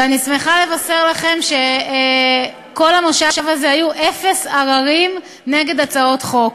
ואני שמחה לבשר לכם שבכל המושב הזה היו אפס עררים נגד הצעות חוק.